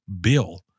bill